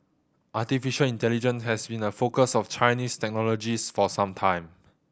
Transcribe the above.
artificial intelligence has been a focus of Chinese technologist for some time